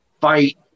fight